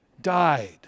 died